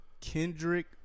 Kendrick